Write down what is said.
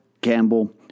Campbell